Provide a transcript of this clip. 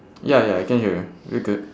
ya ya I can hear you're good